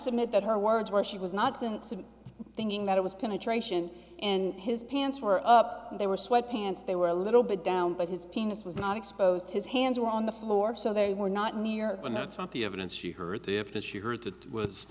submit that her words while she was not since i'm thinking that it was penetration and his pants were up they were sweatpants they were a little bit down but his penis was not exposed his hands were on the floor so they were not near and that's not the evidence she hurt if she heard that